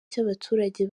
cy’abaturage